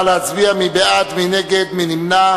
התש"ע 2009, מוועדת הפנים והגנת